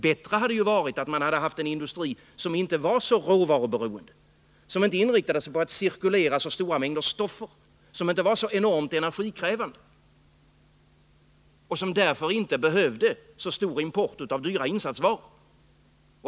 Det hade varit bättre om man hade haft en industri som inte var så råvaruberoende, som inte inriktade sig på att cirkulera så stora mängder stoffer, som inte var så enormt energikrävande och som därför inte behövde en så stor import av dyra insatsvaror.